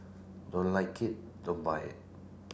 don't like it don't buy it